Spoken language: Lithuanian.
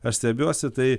aš stebiuosi tai